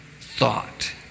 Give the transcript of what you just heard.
thought